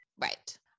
Right